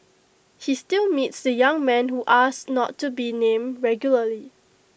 he still meets the young man who asked not to be named regularly